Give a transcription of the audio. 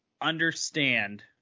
understand